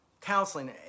counseling